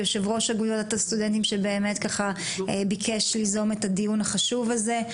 ליושב-ראש אגודת הסטודנטים שביקש ליזום את הדיון החשוב הזה.